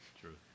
True